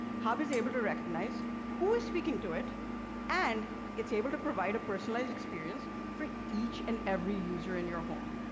hub is able to recognize who is speaking to it and it's able to provide a personalized experience for each and every user in your home.